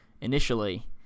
initially